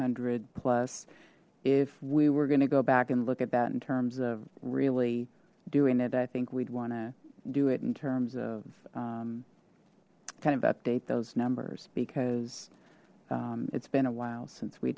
hundred plus if we were going to go back and look at that in terms of really doing it i think we'd want to do it in terms of kind of update those numbers because it's been a while since we